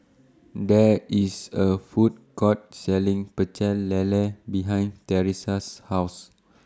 There IS A Food Court Selling Pecel Lele behind Tressa's House